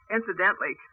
Incidentally